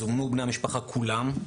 זומנו בני המשפחה כולם.